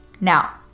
Now